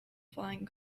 flying